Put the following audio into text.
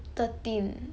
thirteen